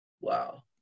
wow